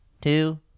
two